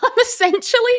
essentially